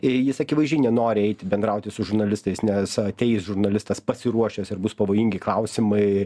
ir jis akivaizdžiai nenori eiti bendrauti su žurnalistais nes ateis žurnalistas pasiruošęs ir bus pavojingi klausimai